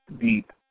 deep